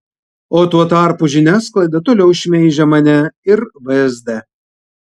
o tuo tarpu žiniasklaida toliau šmeižia mane ir vsd